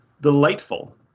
delightful